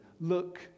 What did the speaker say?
Look